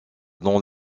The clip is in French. dans